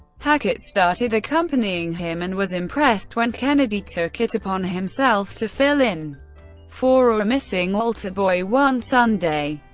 hackett started accompanying him, and was impressed when kennedy took it upon himself to fill in for a missing altar boy one sunday.